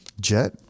Jet